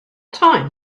time